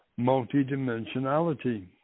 multidimensionality